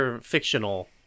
fictional